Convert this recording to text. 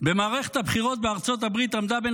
במערכת הבחירות בארצות הברית עמדו על